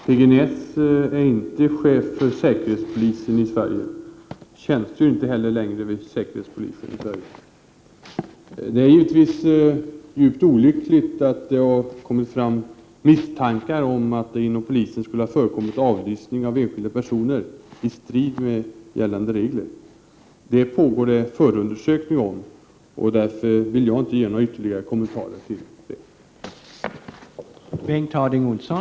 Herr talman! P-G Näss är inte chef för säkerhetspolisen i Sverige, och han tjänstgör inte heller längre vid säkerhetspolisen i Sverige. Det är givetvis djupt olyckligt att det har kommit fram misstankar om att det inom polisen skulle ha förekommit avlyssning av enskilda personer i strid med gällande regler. Det pågår en förundersökning om detta. Därför vill jag inte ge några ytterligare kommentarer till det.